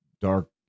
dark